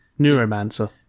Neuromancer